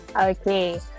Okay